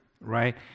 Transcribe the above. right